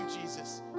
Jesus